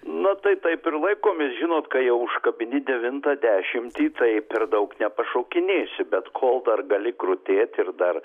na tai taip ir laikomės žinot kai jau užkabini devintą dešimtį tai per daug nepašokinėsi bet kol dar gali krutėt ir dar